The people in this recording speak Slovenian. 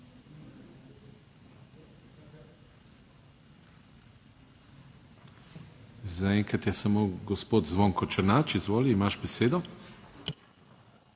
Zaenkrat je samo gospod Zvonko Černač. Izvoli, imaš besedo.